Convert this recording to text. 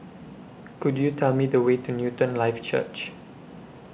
Could YOU Tell Me The Way to Newton Life Church